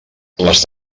les